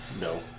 no